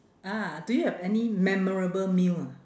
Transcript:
ah do you have any memorable meal ah